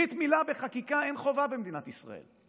ברית מילה, בחקיקה אין חובה במדינת ישראל.